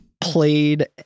played